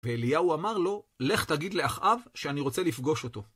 ואליהו אמר לו, לך תגיד לאחאב שאני רוצה לפגוש אותו.